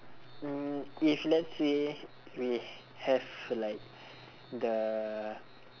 mm if let's say we have like the